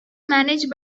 managed